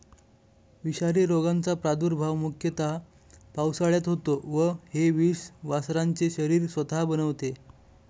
विषारी रोगाचा प्रादुर्भाव मुख्यतः पावसाळ्यात होतो व हे विष वासरांचे शरीर स्वतः बनवते